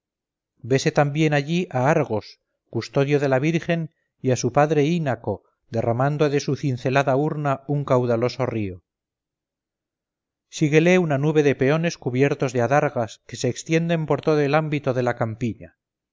vese también allí a argos custodio de la virgen y a su padre ínaco derramando de su cincelada urna un caudaloso río síguele una nube de peones cubiertos de adargas que se extienden por todo el ámbito de la campiña